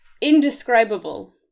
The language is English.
indescribable